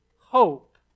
hope